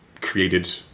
created